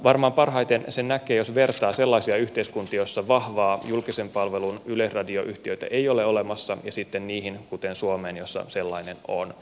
varmaan parhaiten sen näkee jos vertaa sellaisia yhteiskuntia joissa vahvaa julkisen palvelun yleisradioyhtiötä ei ole olemassa sitten niihin kuten suomeen joissa sellainen on